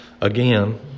again